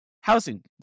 housing